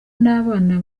n’abana